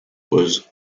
was